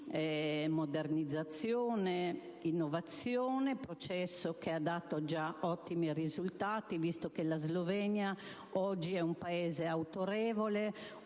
modernizzazione e di innovazione che ha già dato ottimi risultati, visto che la Slovenia oggi è un Paese autorevole